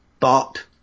thought